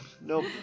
nope